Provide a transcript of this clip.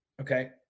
Okay